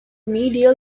medial